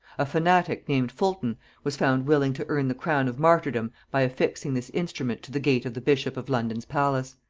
a fanatic named fulton was found willing to earn the crown of martyrdom by affixing this instrument to the gate of the bishop of london's palace.